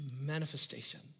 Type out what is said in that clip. manifestation